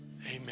Amen